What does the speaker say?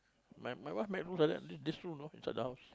my my wife made rules like that only this rule you know inside the house